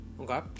Okay